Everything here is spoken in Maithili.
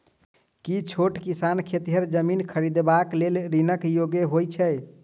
की छोट किसान खेतिहर जमीन खरिदबाक लेल ऋणक योग्य होइ छै?